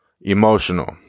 emotional